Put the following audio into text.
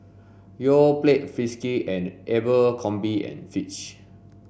Yoplait Friskies and Abercrombie and Fitch